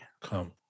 Come